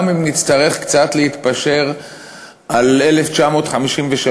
גם אם נצטרך קצת להתפשר על 1953,